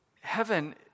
heaven